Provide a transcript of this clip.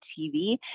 TV